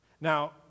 Now